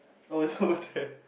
oh it's over there